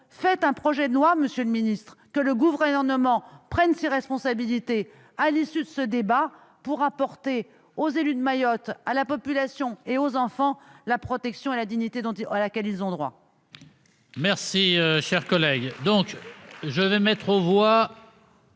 faites un projet de loi ! Que le Gouvernement prenne ses responsabilités à l'issue de ce débat pour apporter aux élus de Mayotte, à sa population et aux enfants la protection et la dignité auxquelles ils ont droit ! Je mets aux